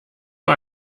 nur